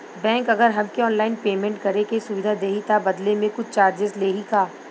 Bank अगर हमके online payment करे के सुविधा देही त बदले में कुछ चार्जेस लेही का?